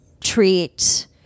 treat